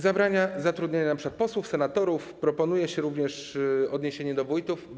Zabrania się zatrudniania np. posłów, senatorów, proponuje się również odniesienie tego do wójtów.